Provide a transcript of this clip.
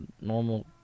normal